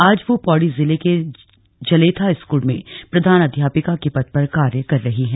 आज वह पौड़ी जिले के जलेथा स्कूल में प्रधानाध्यापिका के पद पर कार्य कर रही है